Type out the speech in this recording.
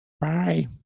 Bye